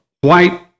white